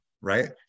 right